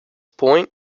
point